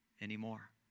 anymore